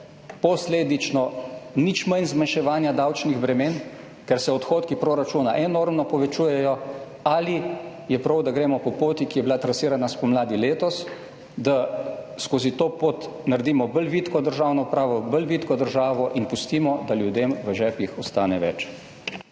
posledično nič manj zmanjševanja davčnih bremen, ker se odhodki proračuna enormno povečujejo, ali je prav, da gremo po poti, ki je bila trasirana spomladi letos, da skozi to pot naredimo bolj vitko državno upravo, bolj vitko državo in pustimo, da ljudem v žepih ostane več.